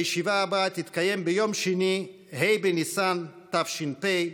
הישיבה הבאה תתקיים ביום שני, ה' בניסן תש"ף,